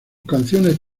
canciones